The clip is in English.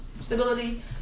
stability